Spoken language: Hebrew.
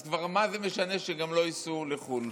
אז כבר מה זה משנה שגם לא ייסעו לחו"ל?